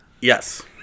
Yes